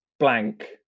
Blank